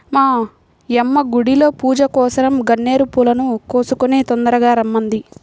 మా యమ్మ గుడిలో పూజకోసరం గన్నేరు పూలను కోసుకొని తొందరగా రమ్మంది